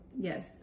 yes